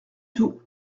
tout